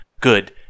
good